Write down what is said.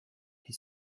qui